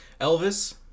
Elvis